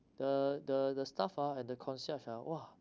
the the the staff ah at the concierge ah !wah!